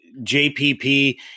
JPP